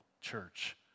church